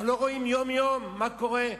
אנחנו לא רואים יום-יום מה קורה?